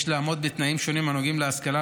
יש לעמוד בתנאים שונים הנוגעים להשכלה,